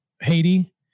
Haiti